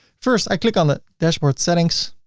first i click on the dashboard settings